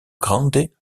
grande